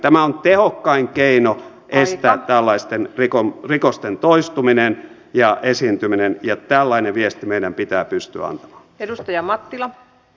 tämä on tehokkain keino estää tällaisten rikosten toistuminen ja esiintyminen ja tällainen viesti meidän pitää pystyä antamaan